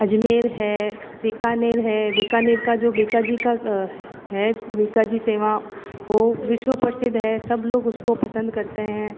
अजमेर है बीकानेर है बीकानेर का जो बीका जी का है बीका जी सेवाँ वो विश्व प्रसिद्ध है सब लोग उसको पसंद करते हैं